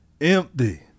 Empty